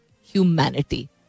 humanity